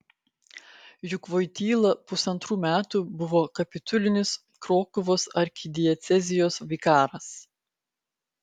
juk voityla pusantrų metų buvo kapitulinis krokuvos arkidiecezijos vikaras